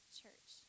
church